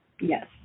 Yes